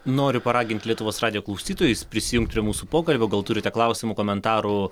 noriu paraginti lietuvos radijo klausytojus prisijungt prie mūsų pokalbio gal turite klausimų komentarų